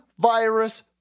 virus